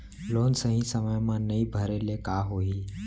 Loan सही समय मा नई भरे ले का होही?